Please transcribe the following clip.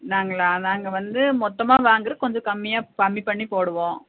நாங்களா நாங்கள் வந்து மொத்தமாக வாங்குறது கொஞ்சம் கம்மியாக கம்மி பண்ணி போடுவோம்